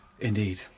indeed